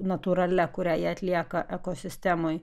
natūralia kurią jie atlieka ekosistemoj